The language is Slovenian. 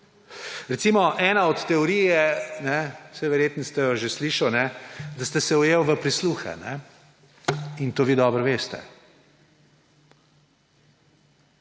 odstop. Ena od teorij je, verjetno ste jo že slišali, da ste se ujeli v prisluhe. In to vi dobro veste.